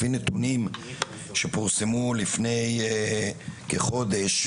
לפי נתונים שפורסמו לפני כחודש,